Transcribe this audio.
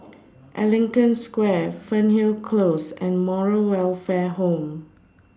Ellington Square Fernhill Close and Moral Welfare Home